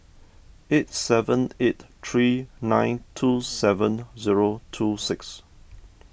eight seven eight three nine two seven zero two six